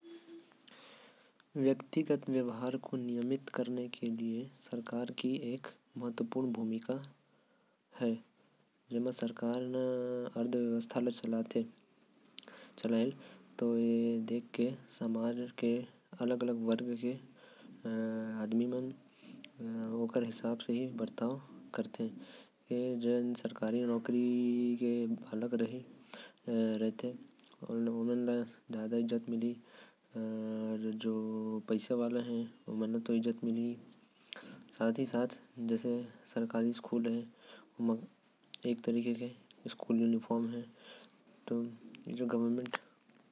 व्यक्तिगत व्यवहार ल नियमित करे बार सरकार के एक अहम। भूमिका होएल जेमा सरकार ल चलते। ऐला देख के अलग अलग समाज के आदमी मन व्यवहार करते। जैसे सरकारी स्कूल है ओमा एक तरह के यूनिफॉर्म।